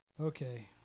Okay